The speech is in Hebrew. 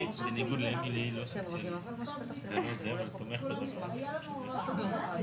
אני פותחת את ישיבת ועדת החינוך,